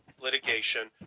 litigation